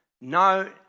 No